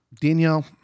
Danielle